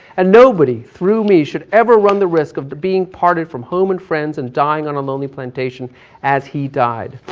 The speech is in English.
and nobody, through me, should ever run the risk of the being parted from home and friends and dying on a lonely plantation as he died.